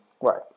Right